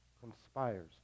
conspires